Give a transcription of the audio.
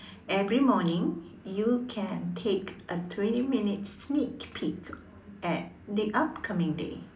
every morning you can take a twenty minutes sneak peak at the upcoming day